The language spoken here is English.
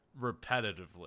repetitively